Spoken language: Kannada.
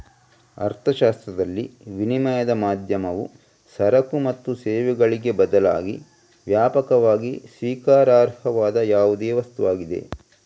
ಅರ್ಥಶಾಸ್ತ್ರದಲ್ಲಿ, ವಿನಿಮಯದ ಮಾಧ್ಯಮವು ಸರಕು ಮತ್ತು ಸೇವೆಗಳಿಗೆ ಬದಲಾಗಿ ವ್ಯಾಪಕವಾಗಿ ಸ್ವೀಕಾರಾರ್ಹವಾದ ಯಾವುದೇ ವಸ್ತುವಾಗಿದೆ